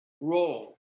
role